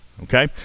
Okay